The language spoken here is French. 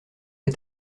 est